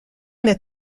that